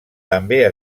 també